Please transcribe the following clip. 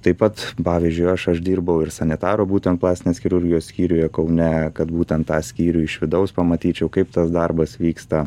taip pat pavyzdžiui aš aš dirbau ir sanitaru būtent plastinės chirurgijos skyriuje kaune kad būtent tą skyrių iš vidaus pamatyčiau kaip tas darbas vyksta